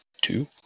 Two